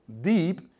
deep